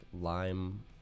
lime